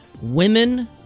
Women